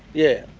yeah.